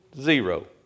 Zero